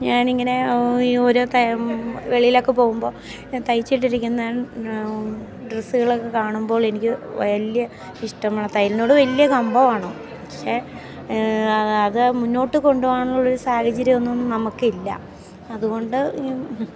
ഞാൻ ഇങ്ങനെ ഈ ഓരോ വെളിയിൽ ഒക്കെ പോകുമ്പോൾ തയ്ച്ചു ഇട്ടിരിക്കുന്ന ഡ്രസ്സ്കളക്കെ കാണുമ്പോൾ എനിക്ക് വലിയ ഇഷ്ടമാണ് തൈയ്ൽന്നോട് വലിയ കമ്പമാണ് പക്ഷേ അത് മുന്നോട്ട് കൊണ്ട് പോവാനുള്ള ഒരു സാഹചര്യമൊന്നും നമുക്ക് ഇല്ല അത്കൊണ്ട്